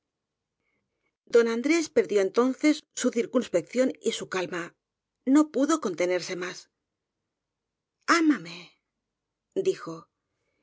don andrés perdió entonces su circunspección y su calma no pudo contenerse más amame dijo